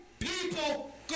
People